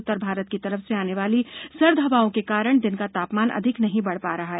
उत्तर भारत की तरफ से आने वाली सर्द हवाओं के कारण दिन का तापमान अधिक नहीं बढ़ पा रहा है